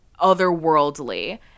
otherworldly